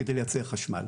כדי לייצר חשמל.